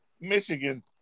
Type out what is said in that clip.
Michigan